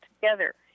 together